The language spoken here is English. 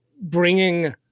bringing